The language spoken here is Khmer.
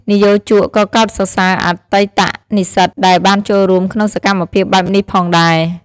និយោជកក៏កោតសរសើរអតីតនិស្សិតដែលបានចូលរួមក្នុងសកម្មភាពបែបនេះផងដែរ។